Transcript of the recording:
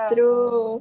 True